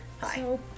Hi